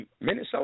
Minnesota